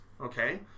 Okay